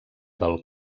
del